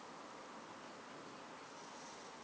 mm